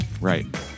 right